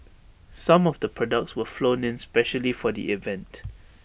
some of the products were flown in specially for the event